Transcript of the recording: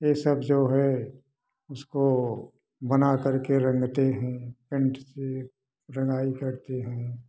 ये सब जो है इसको बना कर के रंगते हैं पेंट से रंगाई करते हैं